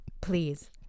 Please